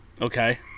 Okay